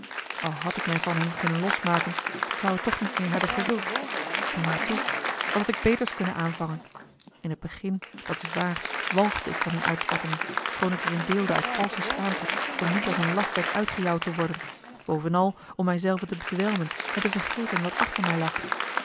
al had ik mij van hen kunnen losmaken ik zou het toch niet meer hebben gewild waartoe wat had ik beters kunnen aanvangen in t begin dat is waar walgde ik van hunne uitspattingen schoon ik er in deelde uit valsche schaamte om niet als een lafbek uitgejouwd te worden bovenal om mij zelven te bedwelmen en te vergeten wat achter mij lag